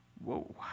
Whoa